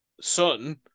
son